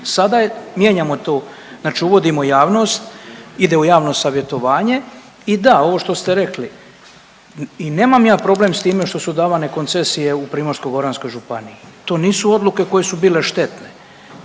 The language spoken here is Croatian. Sada mijenjamo to, znači uvodimo javnost, ide u javno savjetovanje i da ovo što ste rekli, i nemam ja problem s time što su davane koncesije u Primorsko-goranskoj županiji, to nisu odluke koje su bile štetne,